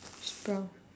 it's brown